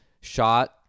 shot